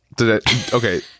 okay